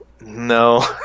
no